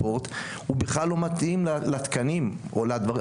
תודה רבה.